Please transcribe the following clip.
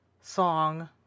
song